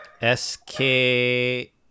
S-K